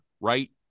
right